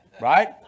Right